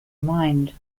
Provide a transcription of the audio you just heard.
mind